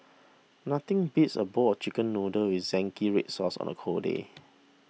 nothing beats a bowl of Chicken Noodles with Zingy Red Sauce on a cold day